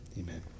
Amen